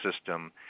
system